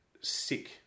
sick